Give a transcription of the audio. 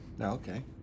Okay